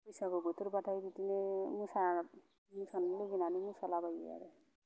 बैसागु बोथोर बाथाय बिदिनो मोसानो लुबैनानै मोसालाबायो आरो